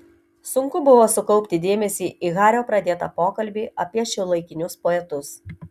sunku buvo sukaupti dėmesį į hario pradėtą pokalbį apie šiuolaikinius poetus